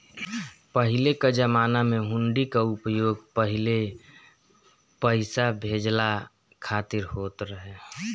पहिले कअ जमाना में हुंडी कअ उपयोग पहिले पईसा भेजला खातिर होत रहे